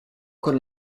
con